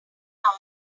long